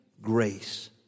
grace